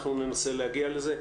אנחנו ננסה להגיע לזה.